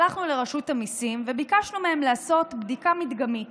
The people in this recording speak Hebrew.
הלכנו לרשות המיסים וביקשנו מהם לעשות בדיקה מדגמית